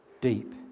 deep